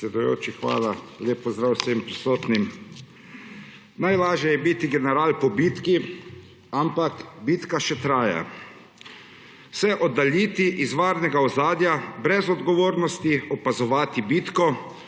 hvala. Lep pozdrav vsem prisotnim! Najlažje je biti general po bitki, ampak bitka še traja. Se oddaljiti iz varnega ozadja, brez odgovornosti opazovati bitko,